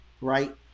right